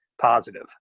positive